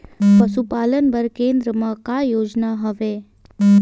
पशुपालन बर केन्द्र म का योजना हवे?